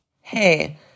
Hey